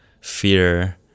fear